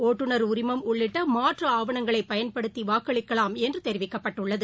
ஒட்டுநர் உரிமம் உள்ளிட்டமாற்றுஆவணங்களைபயன்படுத்திவாக்களிக்கலாம் என்றுதெரிவிக்கப்பட்டுள்ளது